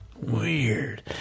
weird